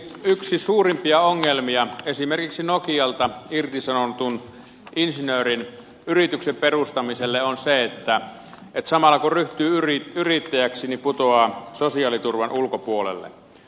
yksi suurimpia ongelmia esimerkiksi nokialta irtisanotun insinöörin yrityksen perustamiselle on se että samalla kun ryhtyy yrittäjäksi putoaa sosiaaliturvan ulkopuolelle